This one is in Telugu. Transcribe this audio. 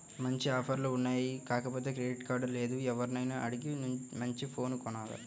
మంచి ఆఫర్లు ఉన్నాయి కాకపోతే క్రెడిట్ కార్డు లేదు, ఎవర్నైనా అడిగి మంచి ఫోను కొనాల